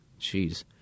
Jeez